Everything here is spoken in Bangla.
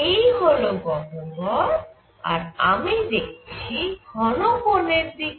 এই হল গহ্বর আর আমি দেখছি ঘন কোণের দিকে